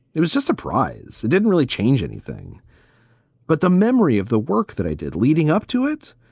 it was just surprise. it didn't really change anything but the memory of the work that i did leading up to it.